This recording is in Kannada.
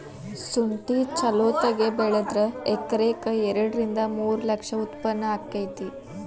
ಸುಂಠಿ ಚಲೋತಗೆ ಬೆಳದ್ರ ಎಕರೆಕ ಎರಡ ರಿಂದ ಮೂರ ಲಕ್ಷ ಉತ್ಪನ್ನ ಅಕೈತಿ